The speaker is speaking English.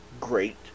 great